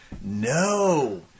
No